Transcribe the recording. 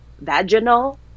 vaginal